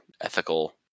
ethical